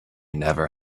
never